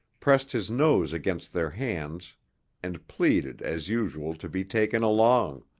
pressed his nose against their hands and pleaded as usual to be taken along.